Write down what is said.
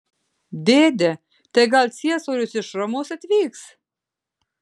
dėde tai gal ciesorius iš romos atvyks